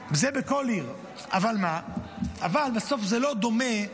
זה בכל עיר, אבל בסוף זה לא דומה.